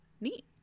Neat